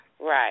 Right